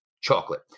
chocolate